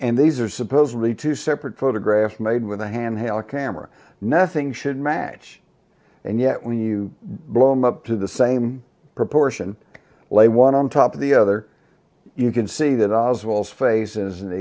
and these are supposedly two separate photographs made with a hand held camera nothing should match and yet when you blow them up to the same proportion lay one on top of the other you can see that oswald's face is an